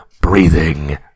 breathing